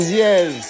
yes